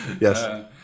Yes